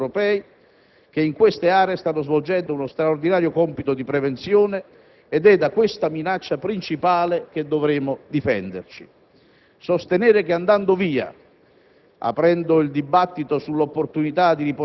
Lo dicono le valutazioni di rischio dei servizi di sicurezza europei, che in queste aree stanno svolgendo uno straordinario compito di prevenzione ed è da questa minaccia principale che dovremo difenderci. Sostenere che andando via,